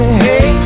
hey